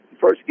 first